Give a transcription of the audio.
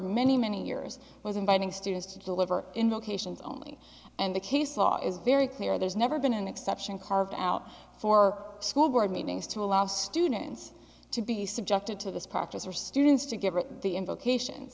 many many years was inviting students to deliver indications only and the case law is very clear there's never been an exception carved out for school board meetings to allow students to be subjected to this practice for students to give written the implications